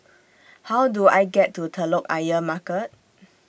How Do I get to Telok Ayer Market